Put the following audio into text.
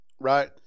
right